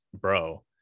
bro